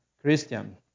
Christian